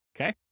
Okay